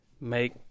make